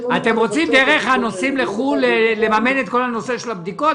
אתם רוצים דרך הנוסעים לחו"ל לממן את כל נושא הבדיקות?